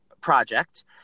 Project